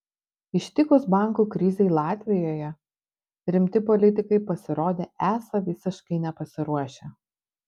ištikus bankų krizei latvijoje rimti politikai pasirodė esą visiškai nepasiruošę